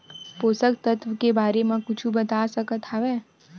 पोषक तत्व के बारे मा कुछु बता सकत हवय?